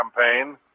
Campaign